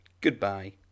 Goodbye